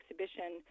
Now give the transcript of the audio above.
exhibition